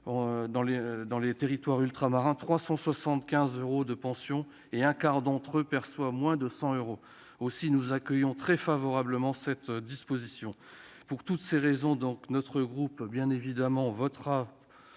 retraités perçoivent en moyenne 375 euros de pension et un quart d'entre eux perçoit moins de 100 euros. Aussi, nous accueillons très favorablement cette disposition. Pour toutes ces raisons, le groupe Les Indépendants votera